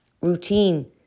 Routine